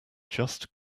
just